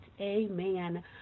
amen